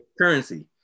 currency